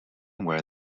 were